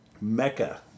Mecca